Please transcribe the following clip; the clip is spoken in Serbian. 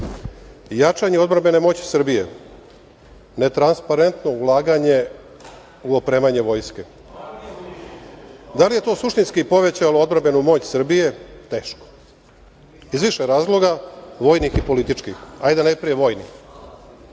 odbrambene moći Srbije, netransparentno ulaganje u opremanje vojske. Da li je to suštinski povećalo odbrambenu moć Srbije? Teško, iz više razloga, vojnih i političkih. Hajde najpre vojni.